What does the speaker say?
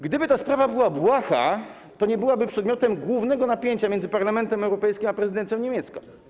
Gdyby ta sprawa była błaha, to nie byłaby przedmiotem głównego napięcia między parlamentem europejskim a prezydencją niemiecką.